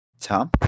Tom